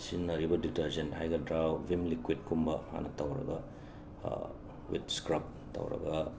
ꯁꯤꯖꯤꯟꯅꯔꯤꯕ ꯗꯤꯇꯔꯖꯦꯟ꯭ꯇ ꯍꯥꯏꯒꯗ꯭ꯔꯥ ꯚꯤꯝ ꯂꯤꯀ꯭ꯋꯤꯗꯀꯨꯝꯕ ꯍꯥꯟꯅ ꯇꯧꯔꯒ ꯋꯤꯠ ꯁ꯭ꯀꯔ꯭ꯕ ꯇꯧꯔꯒ